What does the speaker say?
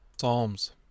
Psalms